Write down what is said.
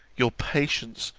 your patience,